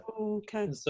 Okay